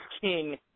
king